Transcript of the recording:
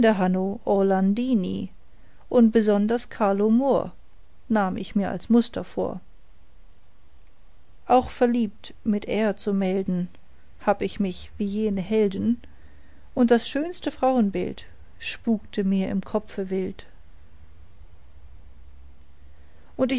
orlandini und besonders carlo moor nahm ich mir als muster vor auch verliebt mit ehr zu melden hab ich mich wie jene helden und das schönste frauenbild spukte mir im kopfe wild